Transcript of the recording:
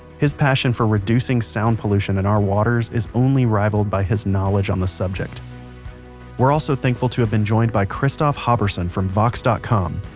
his passion for reducing sound pollution in our waters is only rivaled by his knowledge on the subject we're also thankful to have been joined by christophe haubursin from vox dot com.